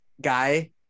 guy